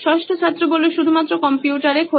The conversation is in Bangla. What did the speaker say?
ষষ্ঠ ছাত্র শুধুমাত্র কম্পিউটারে খোলে